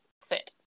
sit